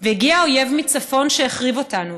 והגיע האויב מצפון שהחריב אותנו.